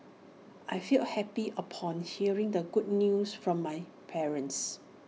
I felt happy upon hearing the good news from my parents